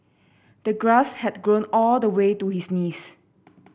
the grass had grown all the way to his knees